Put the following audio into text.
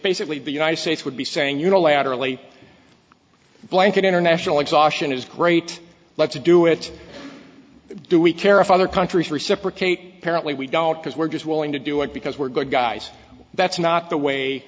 basically the united states would be saying unilaterally blanket international exhaustion is great let's do it do we care if other countries reciprocate apparently we don't because we're just willing to do it because we're good guys that's not the way